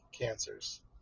cancers